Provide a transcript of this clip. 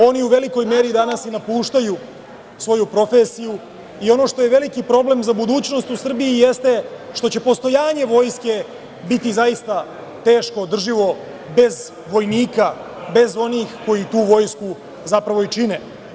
Oni u velikoj meri danas napuštaju svoju profesiju i ono što je veliki problem za budućnost u Srbiji jeste što će postojanje vojske biti zaista teško održivo bez vojnika, bez onihkoji tu vojsku zapravo i čine.